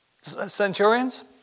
centurions